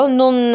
non